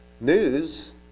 news